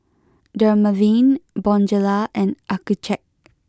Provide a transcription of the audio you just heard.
Dermaveen Bonjela and Accucheck